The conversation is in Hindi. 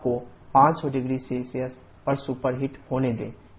भाप को 500 0C पर सुपरहीट होने दें